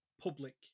public